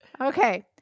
Okay